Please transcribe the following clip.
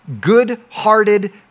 good-hearted